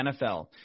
NFL